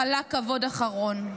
חלק כבוד אחרון.